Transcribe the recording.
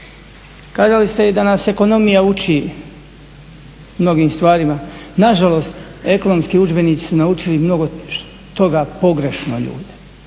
Kazali ste i da nas ekonomija uči mnogim stvarima, nažalost ekonomski udžbenici su naučili mnogo toga pogrešno ljude